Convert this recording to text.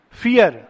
fear